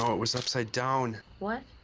um it was upside down. what?